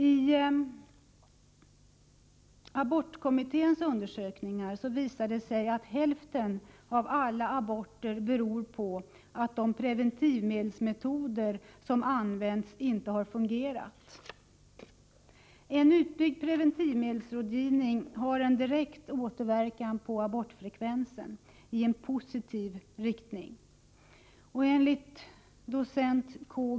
I abortkommitténs undersökningar visar det sig att hälften av alla aborter beror på att de preventivmedelsmetoder som använts inte har fungerat. En utbyggd preventivmedelsrådgivning har en direkt återverkan på abortfrekvensen i positiv riktning. Enligt docent K.